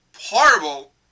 horrible